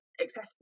accessible